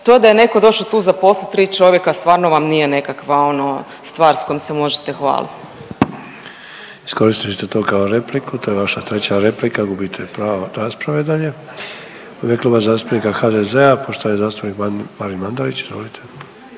to da je neko došao tu zaposliti tri čovjeka stvarno vam nije nekakva ono stvar s kojom se možete hvalit. **Sanader, Ante (HDZ)** Iskoristili ste to kao repliku to je vaša treća replika gubite pravo rasprave dalje. U ime Kluba zastupnika HDZ-a poštovani zastupnik Marin Mandarić. Izvolite.